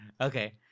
Okay